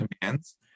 commands